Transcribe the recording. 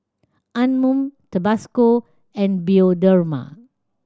Anmum Tabasco and Bioderma